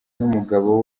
n’umugabo